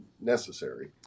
necessary